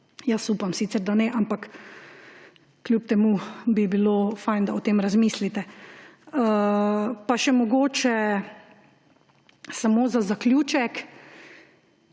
dan. Upam sicer, da ne, ampak kljub temu bi bilo fino, da o tem razmislite. Pa še mogoče samo za zaključek,